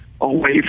away